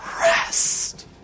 rest